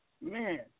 Man